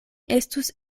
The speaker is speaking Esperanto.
estus